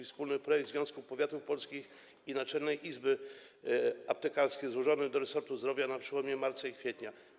Wspólny projekt Związku Powiatów Polskich i Naczelnej Izby Aptekarskiej został złożony do resortu zdrowia na przełomie marca i kwietnia.